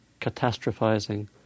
catastrophizing